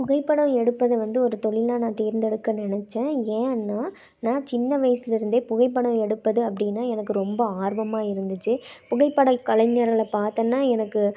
புகைப்படம் எடுப்பதை வந்து ஒரு தொழிலாக நான் தேர்ந்தெடுக்க நினச்சேன் ஏன்னால் நான் சின்ன வயசுலிருந்தே புகைப்படம் எடுப்பது அப்படின்னா எனக்கு ரொம்ப ஆர்வமாக இருந்துச்சு புகைப்படக் கலைஞர்களை பாத்தேன்னா எனக்கு